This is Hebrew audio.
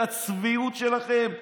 את הצביעות שלכם,